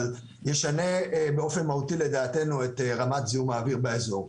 ישנה לדעתנו באופן מהותי את רמת זיהום האוויר באזור.